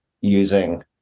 using